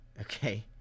Okay